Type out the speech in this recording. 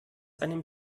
einem